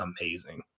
amazing